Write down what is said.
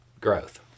growth